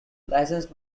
licensed